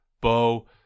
Bo